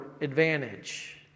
advantage